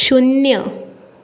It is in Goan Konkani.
शुन्य